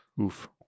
Oof